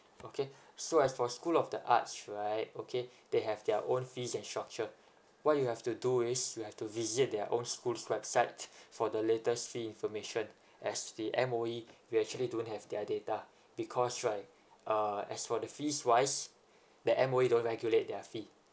okay so as for school of the arts right okay they have their own fees and what you have to do is you have to visit their own school's website for the latest fee information as the M_O_E we actually don't have their data because right uh as for the fees wise the M_O_E don't regulate their fee